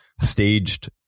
staged